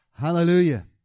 Hallelujah